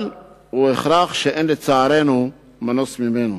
אבל היא הכרח שאין לצערנו מנוס ממנו.